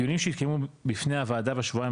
בדיונים שהתקיימו בפני הוועדה בשבועיים